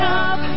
up